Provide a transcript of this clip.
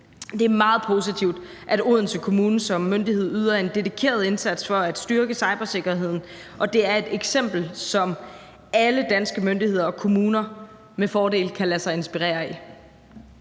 Det er meget positivt, at Odense Kommune som myndighed yder en dedikeret indsats for at styrke cybersikkerheden, og det er et eksempel, som alle danske myndigheder og kommuner med fordel kan lade sig inspirere af.